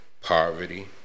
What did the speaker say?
Poverty